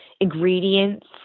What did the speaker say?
ingredients